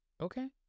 Okay